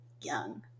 young